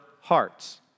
hearts